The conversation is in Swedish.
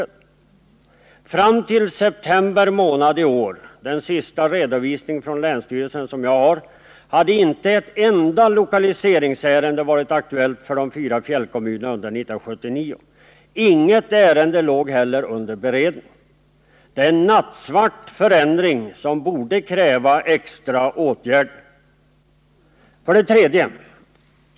Under 1979 fram till september månad — den sista tidpunkt för vilken jag har någon redovisning från länsstyrelsen — har inte ett enda lokaliseringsärende varit aktuellt för de fyra fjällkommunerna. Inget ärende låg då heller under beredning. Det är en nattsvart förändring som borde kräva extra åtgärder. 3.